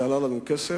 זה עלה לנו כסף